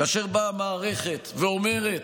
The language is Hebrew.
כאשר באה מערכת ואומרת: